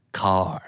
car